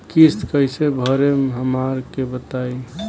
किस्त कइसे भरेम हमरा के बताई?